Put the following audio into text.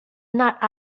not